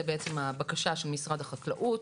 זה בעצם הבקשה של משרד החקלאות,